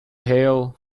hail